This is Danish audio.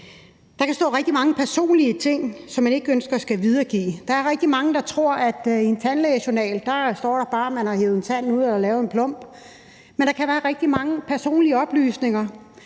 Der kan stå rigtig mange personlige ting, som man ikke ønsker skal videregives. Der er rigtig mange, der tror, at i en tandlægejournal står der bare, at man har hevet en tand ud og lavet en plombe, men der kan være rigtig mange personlige oplysninger.